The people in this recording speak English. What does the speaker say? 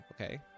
Okay